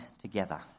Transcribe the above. together